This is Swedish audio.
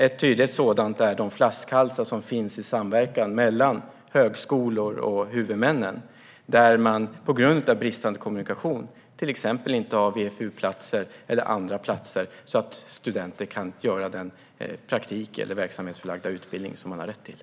Ett tydligt exempel är de flaskhalsar som finns i samverkan mellan högskolor och huvudmän. På grund av bristande kommunikation har man till exempel inte VFU-platser eller andra platser som gör att studenter kan genomföra den praktik eller verksamhetsförlagda utbildning som de har rätt till.